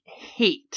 hate